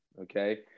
Okay